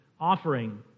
offering